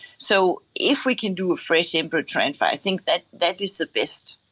so if we can do a fresh embryo transfer, i think that that is the best.